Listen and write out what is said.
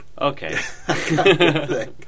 Okay